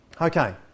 Okay